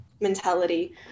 mentality